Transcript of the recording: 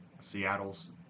Seattle's